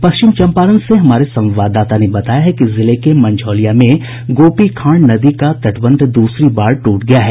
पश्चिम चम्पारण से हमारे संवाददाता ने बताया है कि जिले के मंझौलिया में गोपीखांड नदी का तटबंध दूसरी बार टूट गया है